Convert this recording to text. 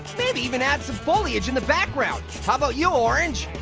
maybe even add some foliage in the background. how about you, orange?